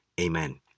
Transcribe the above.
Amen